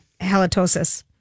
halitosis